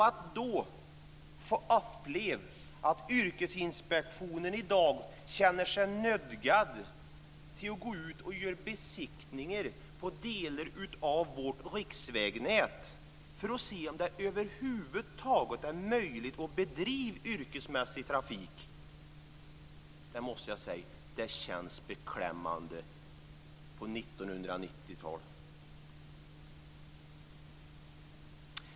Att då få uppleva att yrkesinspektionen i dag känner sig nödgad att gå ut och göra besiktningar på delar av vårt riksvägnät för att se om det över huvud taget är möjligt att bedriva yrkesmässig trafik där känns beklämmande, det måste jag säga, på 1990-talet.